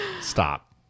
Stop